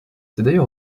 d’ailleurs